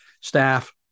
staff